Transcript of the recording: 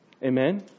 Amen